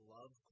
love